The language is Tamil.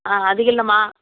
ஆ அதுக்கில்லைமா